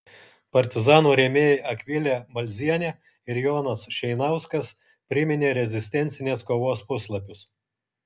partizanų rėmėjai akvilė balzienė ir jonas šeinauskas priminė rezistencinės kovos puslapius